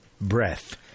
breath